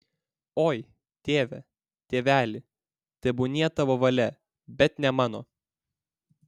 oi tėve tėveli tebūnie tavo valia bet ne mano